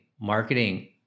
marketing